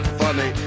funny